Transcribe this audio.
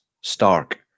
stark